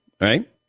right